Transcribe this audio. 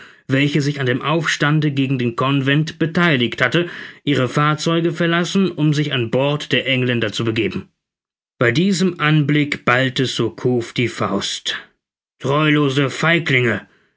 welche sich an dem aufstande gegen den convent betheiligt hatte ihre fahrzeuge verlassen um sich an bord der engländer zu begeben bei diesem anblick ballte surcouf die faust treulose feiglinge